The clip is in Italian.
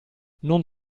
non